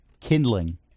Kindling